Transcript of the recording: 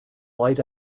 light